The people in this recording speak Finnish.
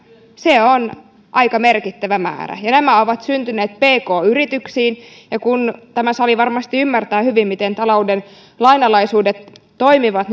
se on aika merkittävä määrä nämä ovat syntyneet pk yrityksiin ja tämä sali varmasti ymmärtää hyvin miten talouden lainalaisuudet toimivat